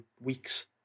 weeks